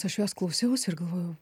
aš jos klausiausi ir galvojau